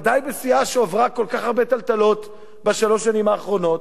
ודאי בסיעה שעברה כל כך הרבה טלטלות בשלוש השנים האחרונות.